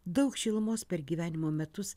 daug šilumos per gyvenimo metus